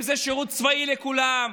אם זה שירות צבאי לכולם,